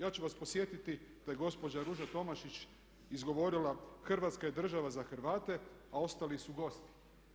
Ja ću vas podsjetiti da je gospođa Ruža Tomašić izgovorila "Hrvatska je država za Hrvate, a ostali su gosti"